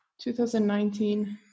2019